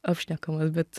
apšnekamas bet